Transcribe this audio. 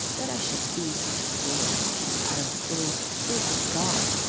that i should be such a fool such an utter fool. good god!